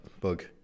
bug